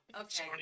Okay